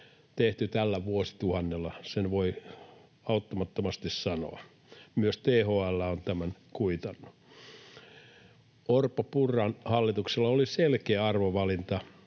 tehty tällä vuosituhannella, sen voi auttamattomasti sanoa; myös THL on tämän kuitannut. Orpon—Purran hallituksella oli selkeä arvovalinta